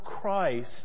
Christ